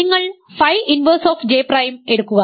നിങ്ങൾ phi inverse of J prime എടുക്കുക